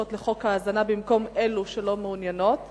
לחוק ההזנה במקום אלו שלא מעוניינות בכך?